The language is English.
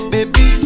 Baby